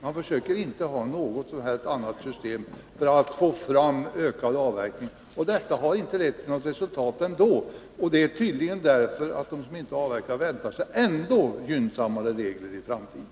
Man försöker inte alls tillämpa något annat system för att få till stånd avverkningsökningar. Man har inte heller nått några resultat, tydligen därför att de som skall avverka väntar sig ännu gynnsammare regler i framtiden.